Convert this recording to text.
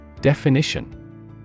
Definition